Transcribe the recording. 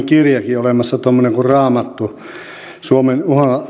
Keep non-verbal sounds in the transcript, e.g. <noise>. <unintelligible> kirjakin olemassa tuommoinen raamattu suomen